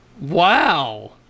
Wow